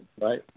right